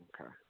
Okay